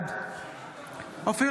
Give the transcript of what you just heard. בעד אופיר